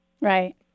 Right